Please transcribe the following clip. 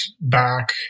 back